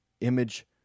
image